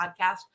podcast